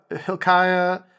Hilkiah